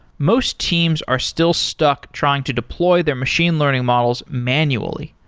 most teams are still stuck trying to deploy their machine learning models manually.